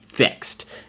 Fixed